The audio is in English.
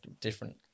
different